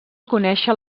conèixer